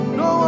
no